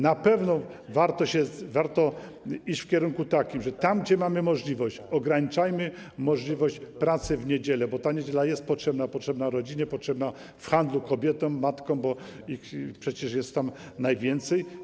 Na pewno warto iść w takim kierunku, że tam, gdzie mamy możliwość, ograniczajmy możliwość pracy w niedziele, bo ta niedziela jest potrzebna, potrzebna rodzinie, potrzebna w handlu kobietom, matkom, bo ich przecież jest tam najwięcej.